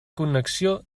connexió